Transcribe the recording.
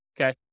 Okay